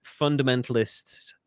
fundamentalists